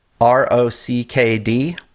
R-O-C-K-D